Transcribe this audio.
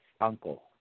uncle